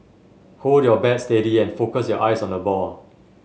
hold your bat steady and focus your eyes on the ball